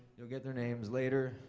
you'll get their names later.